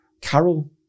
Carol